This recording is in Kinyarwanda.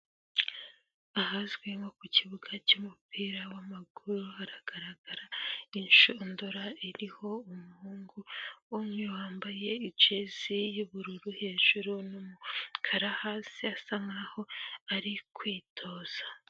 Ahazwi nko ku kibuga cy'umupira w'amaguru, haragaragara inshundura iriho umuhungu umwe, wambaye ijezi y'ubururu hejuru ni umukara hasi, asa nk'aho ari kwitoza.